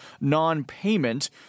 non-payment